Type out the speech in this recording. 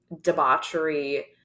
debauchery